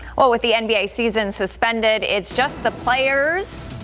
well with the and nba season suspended its just the players.